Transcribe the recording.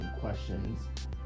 questions